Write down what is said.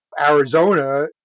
Arizona